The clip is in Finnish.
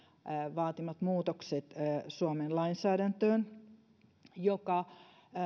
vaatimat muutokset hyväksyttiin suomen lainsäädäntöön mikä